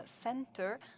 Center